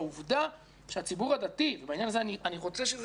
שהעובדה שלציבור הדתי ובעניין הזה אני רוצה שזה